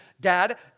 Dad